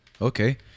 Okay